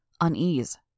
Unease